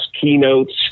keynotes